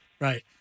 Right